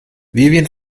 vivien